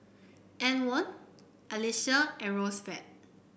Antwon Alexia and Roosevelt